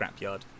scrapyard